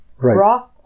broth